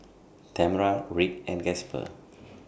Tamra Rick and Gasper